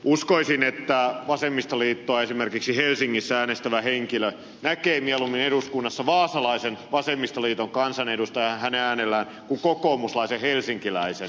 uskoisin että vasemmistoliittoa esimerkiksi helsingissä äänestävä henkilö näkee mieluummin eduskunnassa vaasalaisen vasemmistoliiton kansanedustajan hänen äänellään kuin kokoomuslaisen helsinkiläisen